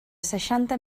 seixanta